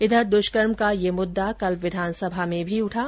इधर द्वष्कर्म का ये मुद्दा कल विधानसभा में भी उठा